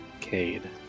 Cade